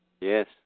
Yes